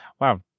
Wow